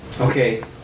Okay